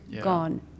gone